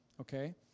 okay